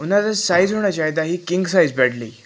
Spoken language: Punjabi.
ਉਹਨਾਂ ਦਾ ਸਾਈਜ਼ ਹੋਣਾ ਚਾਹੀਦਾ ਸੀ ਕਿੰਗ ਸਾਈਜ਼ ਬੈੱਡ ਲਈ